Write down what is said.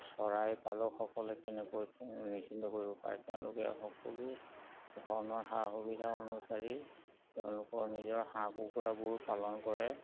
চৰাই পালকসকলে কেনেকৈ তেওঁ নিশ্চিন্ত কৰিব পাৰে তেওঁলোকে সকলো ধৰণৰ সা সুবিধা অনুচাৰি তেওঁলোকৰ নিজৰ হাঁহ কুকুৰাবোৰ পালন কৰে